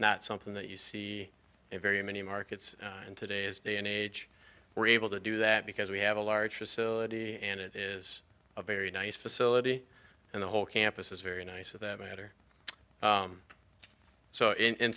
not something that you see a very many markets in today's day and age we're able to do that because we have a large facility and it is a very nice facility and the whole campus is very nice for that matter so in